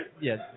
Yes